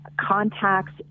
contacts